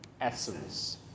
Essence